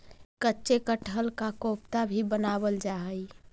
कच्चे कटहल का कोफ्ता भी बनावाल जा हई